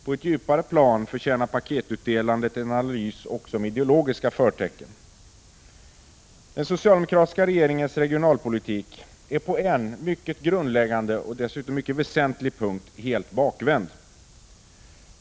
På ett djupare plan förtjänar paketutdelandet en analys också med ideologiska förtecken. Den socialdemokratiska regeringens regionalpolitik är på en grundläggande och dessutom mycket väsentlig punkt helt bakvänd.